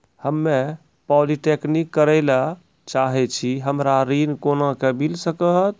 हम्मे पॉलीटेक्निक करे ला चाहे छी हमरा ऋण कोना के मिल सकत?